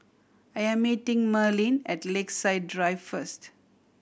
I am meeting Merlene at Lakeside Drive first